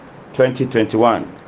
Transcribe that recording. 2021